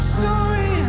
sorry